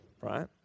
right